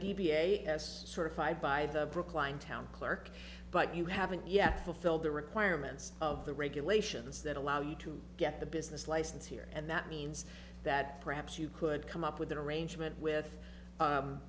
of five by the brookline town clerk but you haven't yet fulfilled the requirements of the regulations that allow you to get the business license here and that means that perhaps you could come up with an arrangement with